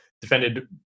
defended